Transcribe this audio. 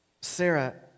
sarah